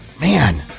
Man